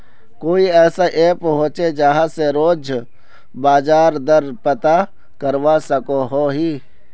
कोई ऐसा ऐप होचे जहा से रोज बाजार दर पता करवा सकोहो ही?